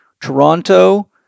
Toronto